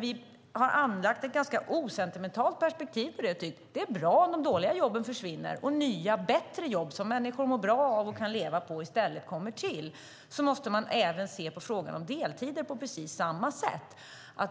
Vi har anlagt ett ganska osentimentalt perspektiv. Det är bra om de dåliga jobben försvinner och nya bättre jobb som människor mår bra av och kan leva på i stället kommer till. Så måste man även se på frågan om deltider.